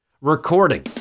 Recording